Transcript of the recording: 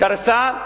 קרסה,